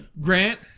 Grant